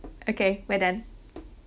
okay we're done